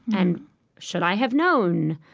and should i have known?